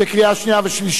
לקריאה שנייה ושלישית,